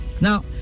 now